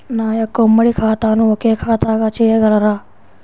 నా యొక్క ఉమ్మడి ఖాతాను ఒకే ఖాతాగా చేయగలరా?